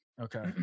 Okay